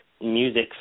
music